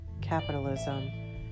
Capitalism